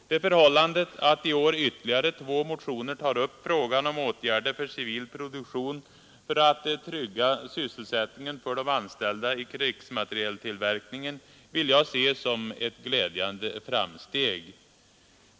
Det förhållandet att i år ytterligare två motioner tar upp frågan om åtgärder för civil produktion för att trygga sysselsättningen för de anställda i krigsmaterieltillverkningen vill jag se som ett glädjande framsteg.